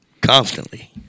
constantly